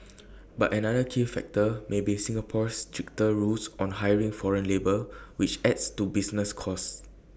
but another key factor may be Singapore's stricter rules on hiring foreign labour which adds to business costs